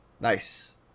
Nice